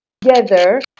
together